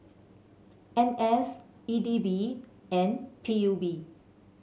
N S E D B and P U B